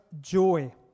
joy